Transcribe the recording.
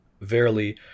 verily